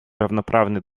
равноправный